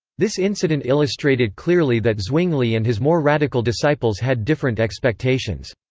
this incident illustrated clearly that zwingli and his more radical disciples had different expectations.